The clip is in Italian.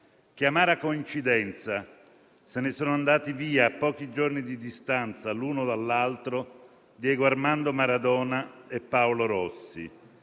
Che amara coincidenza: se ne sono andati via, a pochi giorni di distanza l'uno dall'altro, Diego Armando Maradona e Paolo Rossi.